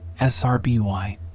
SRBY